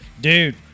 Dude